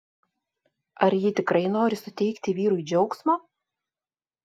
ar ji tikrai nori suteikti vyrui džiaugsmo